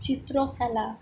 চিত্রকলা